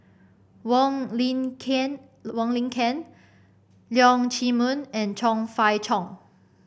Wong Lin Ken Wong Lin Ken Leong Chee Mun and Chong Fah Cheong